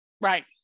Right